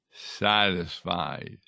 satisfied